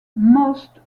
most